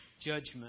judgment